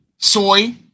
soy